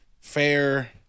Fair